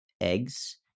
eggs